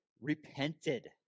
repented